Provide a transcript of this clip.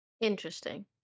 Interesting